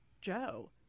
Joe